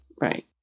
Right